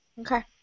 Okay